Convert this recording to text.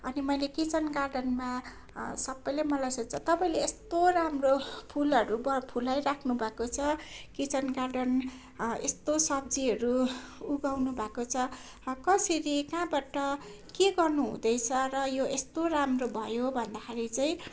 अनि मैले किचन गार्डेनमा सबैले मलाई सोध्छ तपाईँले यस्तो राम्रो फुलहरू अब फुलाइरहनु भएको छ किचन गार्डन यस्तो सब्जीहरू उगाउनु भएको छ कसरी कहाँबाट के गर्नुहुँदैछ र यो यस्तो राम्रो भयो भन्दाखेरि चाहिँ